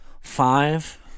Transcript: five